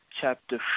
Chapter